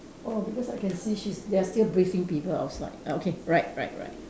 oh because I can see she's they are still briefing people outside ah okay right right right